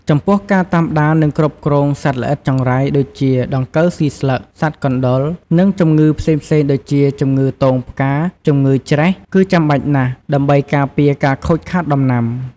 ចំពោះការតាមដាន និងគ្រប់គ្រងសត្វល្អិតចង្រៃ ដូចជា ដង្កូវស៊ីស្លឹក សត្វកណ្ដុរ និងជំងឺផ្សេងៗ ដូចជា ជម្ងឺទងផ្កា ជម្ងឺច្រែះ គឺចាំបាច់ណាស់ ដើម្បីការពារការខូចខាតដំណាំ។